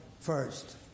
first